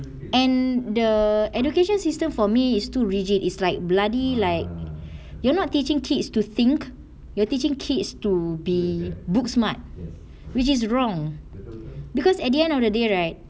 and the education system for me is too rigid it's like bloody like you're not teaching kids to think you're teaching kids to be book smart which is wrong because at the end of the day right